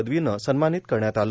पदवीनं सव्मानित करण्यात आलं